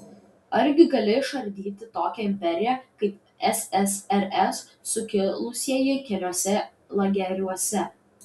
argi gali išardyti tokią imperiją kaip ssrs sukilusieji keliuose lageriuose